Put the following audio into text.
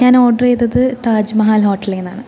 ഞാൻ ഓർഡർ ചെയ്തത് താജ്മഹൽ ഹോട്ടലിൽ നിന്നാണ്